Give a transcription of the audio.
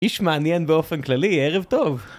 איש מעניין באופן כללי, ערב טוב!